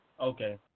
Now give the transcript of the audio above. Okay